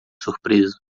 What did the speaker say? surpreso